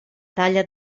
talla